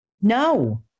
No